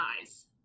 Eyes